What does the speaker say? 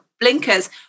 blinkers